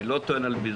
אני לא טוען על בזבוז,